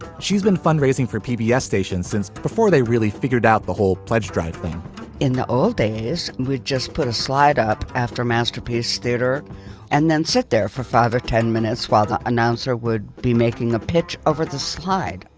she's been fund raising for pbs yeah stations since before they really figured out the whole pledge drive thing in the old days. we just put a slide up after masterpiece theater and then sat there for five or ten minutes while the announcer would be making a pitch over the slide.